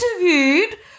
interviewed